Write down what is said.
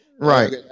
right